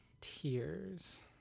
Tears